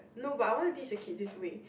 no but I want to teach the kid this way